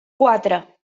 quatre